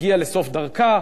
הגיעה לסוף דרכה.